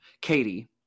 Katie